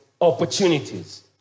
opportunities